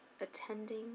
attending